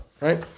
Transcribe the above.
right